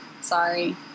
Sorry